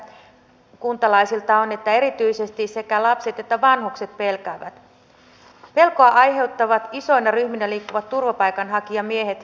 pidetään nämä viisaat sanat mielessämme ja toimitaan sen puolesta että myös yhteiskunnassa nyt rakennetaan siltoja laajemmin kuin poltetaan niitä